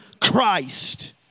Christ